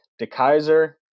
DeKaiser